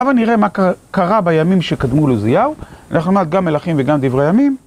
עכשיו נראה מה קרה בימים שקדמו לעוזיהו, אנחנו נלך גם מלכים וגם דברי הימים.